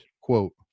quote